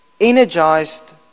energized